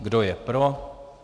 Kdo je pro?